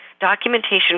documentation